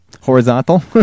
horizontal